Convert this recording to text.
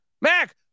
Mac